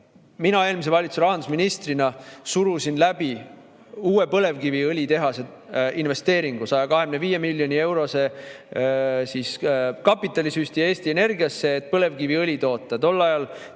mina eelmise valitsuse rahandusministrina surusin läbi uue põlevkiviõlitehase investeeringu, 125 miljoni eurose kapitalisüsti Eesti Energiasse, et põlevkiviõli toota.